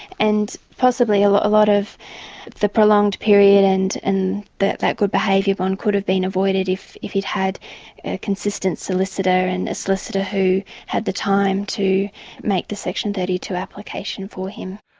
and possibly a lot a lot of the prolonged period and and that good behaviour bond could have been avoided if if he'd had a consistent solicitor and a solicitor who had the time to make the section thirty two application for him.